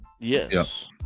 Yes